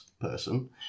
person